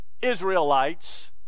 Israelites